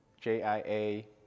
j-i-a